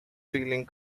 feeling